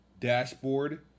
dashboard